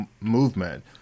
movement